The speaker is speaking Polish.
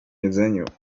jedzeniu